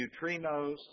neutrinos